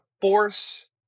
force